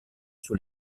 sur